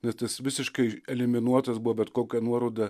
net jis visiškai eliminuotas buvo bet kokia nuoroda